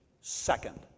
second